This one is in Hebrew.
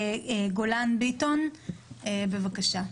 גולן ביטון, בבקשה.